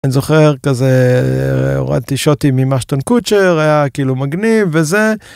אני זוכר כזה הורדתי שוטים עם אשטון קוצ׳ר, היה כאילו מגניב וזה